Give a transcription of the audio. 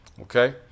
Okay